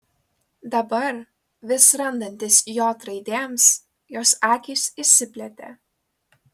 dabar vis randantis j raidėms jos akys išsiplėtė